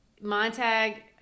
Montag